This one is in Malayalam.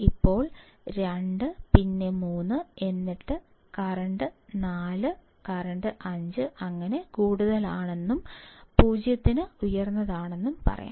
അപ്പോൾ 2 പിന്നെ 3 എന്നിട്ട് കറന്റ് 4 കറന്റ് കൂടുതലാണെന്നും 0 ന് ഉയർന്നതാണെന്നും പറയാം